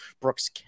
Brooks